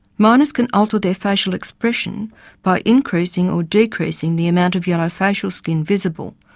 miners can alter their facial expression by increasing or decreasing the amount of yellow facial skin visible,